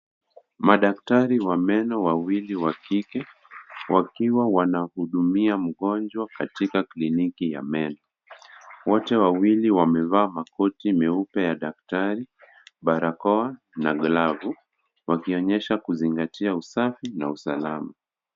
Madaktari wa meno wawili wa kike, wakiwa wanahudumia mgonjwa katika kliniki ya meno. Wote wawili wamevaa makoti meupe ya daktari, barakoa na glavu wakionyesha kuzingatia usafi na usalama.